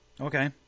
Okay